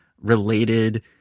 related